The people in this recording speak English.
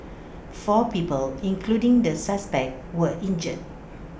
four people including the suspect were injured